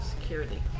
Security